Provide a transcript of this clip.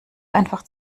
einfach